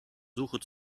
suche